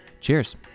Cheers